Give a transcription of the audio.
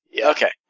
Okay